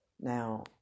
now